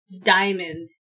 diamond